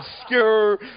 obscure